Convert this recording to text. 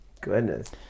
Goodness